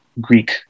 Greek